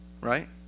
Right